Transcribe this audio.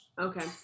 Okay